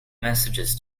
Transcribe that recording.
messages